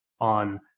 on